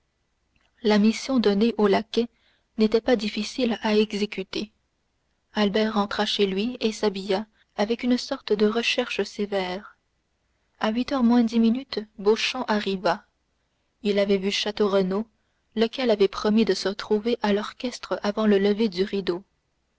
la mission donnée au laquais n'était pas difficile à exécuter albert rentra chez lui et s'habilla avec une sorte de recherche sévère à huit heures moins dix minutes beauchamp arriva il avait vu château renaud lequel avait promis de se trouver à l'orchestre avant le lever du rideau